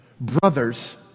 Brothers